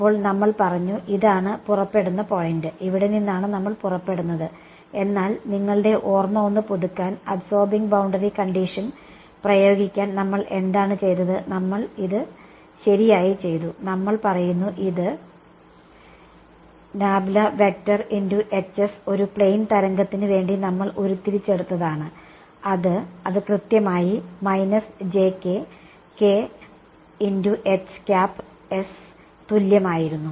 അപ്പോൾ നമ്മൾ പറഞ്ഞു ഇതാണ് പുറപ്പെടുന്ന പോയന്റ് ഇവിടെനിന്നാണ് നമ്മൾ പുറപ്പെടുന്നത് എന്നാൽ നിങ്ങളുടെ ഓർമ്മ ഒന്നു പുതുക്കാൻ അബ്സോർബിങ് ബൌണ്ടറി കണ്ടിഷൻ പ്രയോഗിക്കാൻ നമ്മൾ എന്താണ് ചെയ്തത് നമ്മൾ ഇത് ശരിയായി ചെയ്തു നമ്മൾ പറയുന്നു ഇത് ഒരു പ്ലെയിൻ തരംഗത്തിന് വേണ്ടി നമ്മൾ ഉരുത്തിരിച്ചെടുത്തതാണ് അത് അത് കൃത്യമായി തുല്യമായിരുന്നു